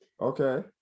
Okay